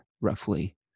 roughly